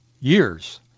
years